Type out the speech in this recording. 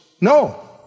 no